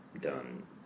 done